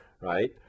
right